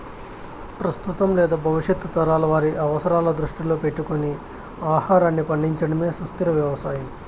ప్రస్తుతం లేదా భవిష్యత్తు తరాల వారి అవసరాలను దృష్టిలో పెట్టుకొని ఆహారాన్ని పండించడమే సుస్థిర వ్యవసాయం